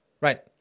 Right